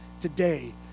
today